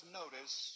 notice